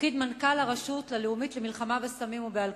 לתפקיד מנכ"ל הרשות הלאומית למלחמה בסמים ובאלכוהול.